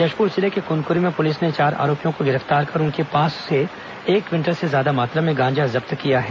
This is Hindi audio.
जशप्र जिले के कुनकुरी में पुलिस ने चार आरोपियों को गिरफ्तार कर उनके पास से एक क्विंटल से ज्यादा मात्रा में गांजा जब्त किया है